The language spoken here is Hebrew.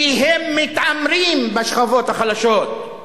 כי הם מתעמרים בשכבות החלשות,